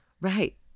Right